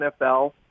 NFL